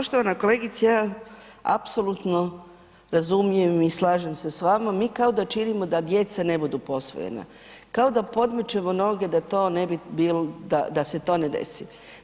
Poštovana kolegice ja apsolutno razumijem i slažem se s vama, mi kao da činimo da djeca ne budu posvojena, kao da podmećemo noge da to ne bi bilo, da se to ne desi.